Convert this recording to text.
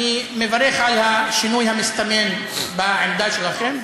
אני מברך על השינוי המסתמן בעמדה שלכם,